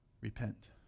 repent